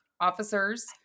Officers